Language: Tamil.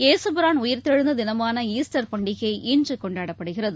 இயேசுபிரான் உயிர்த்தெழுந்ததினமானாஸ்டர் பண்டிகை இன்றுகொண்டாடப்படுகிறது